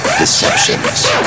deceptions